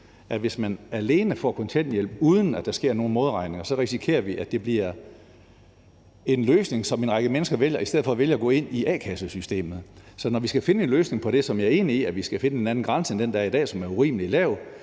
at hvis man alene får kontanthjælp, uden at der sker nogen modregning, så risikerer vi, at det bliver en løsning, som en række mennesker vælger i stedet for at vælge at gå ind i a-kassesystemet. Så vi skal finde en løsning på det, og jeg er enig i, at vi skal finde en anden grænse end den, der er i dag, som er urimelig lav.